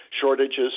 shortages